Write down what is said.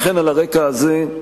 לכן, על הרקע הזה,